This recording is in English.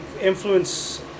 influence